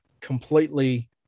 completely